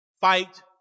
fight